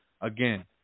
again